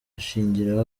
ashingiraho